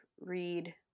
read